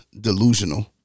Delusional